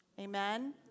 Amen